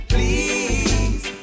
Please